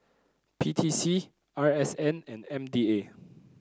P T C R S N and M D A